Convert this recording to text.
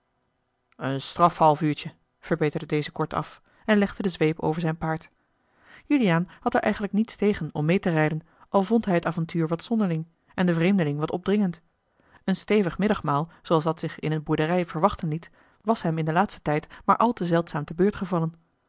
een straf half uurtje verbeterde deze kortaf en legde de zweep over zijn paard juliaan had er eigenlijk niets tegen om meê te rijden al vond hij het avontuur wat zonderling en den vreemdeling wat opdringend een stevig middagmaal zooals dat zich in eene boerderij verwachten liet was hem in den laatsten tijd maar al te zeldzaam